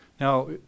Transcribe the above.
Now